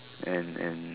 and and